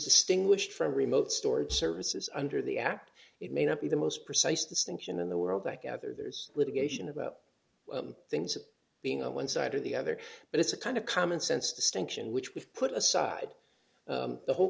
distinguished from remote storage services under the act it may not be the most precise distinction in the world i gather there's litigation about things of being on one side or the other but it's a kind of common sense distinction which we've put aside the whole